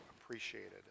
appreciated